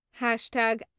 Hashtag